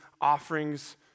offerings